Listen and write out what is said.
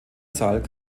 zahl